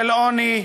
של עוני,